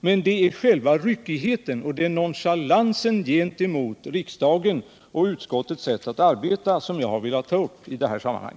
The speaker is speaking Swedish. Men det är själva ryckigheten och nonchalansen gentemot riksdagen och förutsättningarna för utskottets arbete som jag har velat ta upp i detta sammanhang.